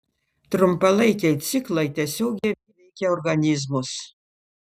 trumpalaikiai ciklai tiesiogiai veikia organizmus